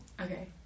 Okay